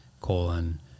colon